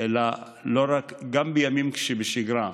אלא גם לימים שבשגרה.